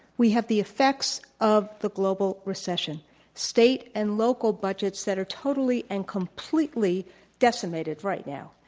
we have the effects of the global recession state and local budgets that are totally and completely decimated right now.